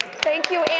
thank you, and